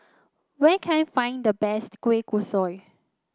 where can I find the best Kueh Kosui